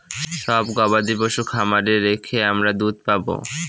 সব গবাদি পশু খামারে রেখে আমরা দুধ পাবো